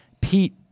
Pete